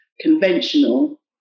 conventional